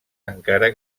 encara